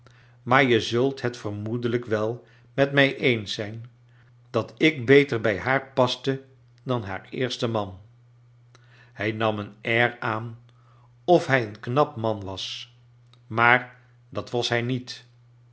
maar je zult bet vermoedelijk wel met mij eens zijn dat ik beter bij haar paste dan haar eerste man hij nam een air aan of bij een knap man was maar dat was bij niet